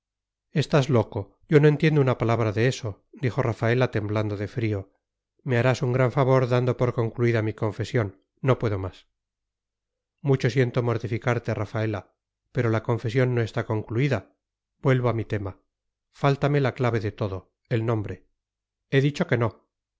estás loco yo no entiendo una palabra de eso dijo rafaela temblando de frío me harás un gran favor dando por concluida mi confesión no puedo más mucho siento mortificarte rafaela pero la confesión no está concluida vuelvo a mi tema fáltame la clave de todo el nombre he dicho que no